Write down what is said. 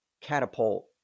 catapult